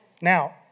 Now